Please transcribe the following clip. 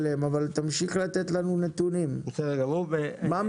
אני חושבת שבוודאי ובוודאי לפתוח תוכנית של WIC כמו שעלה מכמה מהדוברים,